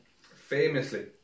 Famously